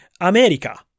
America